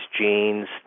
genes